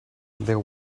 there